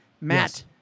Matt